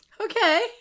Okay